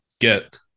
get